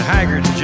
Haggard